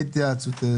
מגיעים דרך קליטה ישירה.